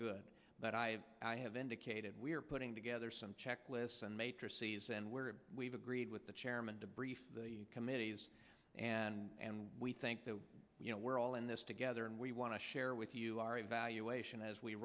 good that i have i have indicated we're putting together some checklists and major cities and we're we've agreed with the chairman to brief the committees and we think that you know we're all in this together and we want to share with you our evaluation as we